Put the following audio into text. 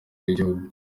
w’igihugu